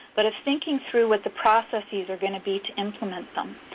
but of thinking through what the processes are going to be to implement them.